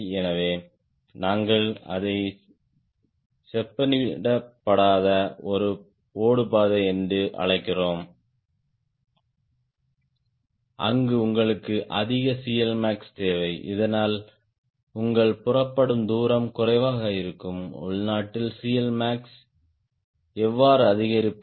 எனவே நாங்கள் அதை செப்பனிடப்படாத ஓடுபாதை என்று அழைக்கிறோம் அங்கு உங்களுக்கு அதிகCLmax தேவை இதனால் உங்கள் புறப்படும் தூரம் குறைவாக இருக்கும் உள்நாட்டில் CLmax எவ்வாறு அதிகரிப்பது